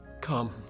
Come